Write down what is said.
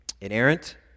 inerrant